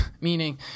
meaning